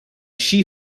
shi